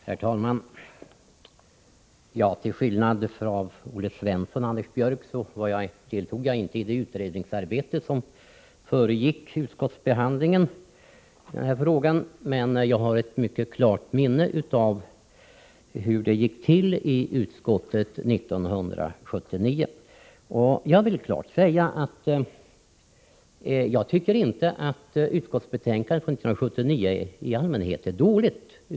Herr talman! Till skillnad från Olle Svensson och Anders Björck deltog jag inte i det utredningsarbete som föregick utskottsbehandlingen i den här frågan, men jag har ett mycket klart minne av hur det gick till i utskottet 1979. Jag vill klart säga att jag inte tycker att 1979 års utskottsbetänkande som helhet är dåligt.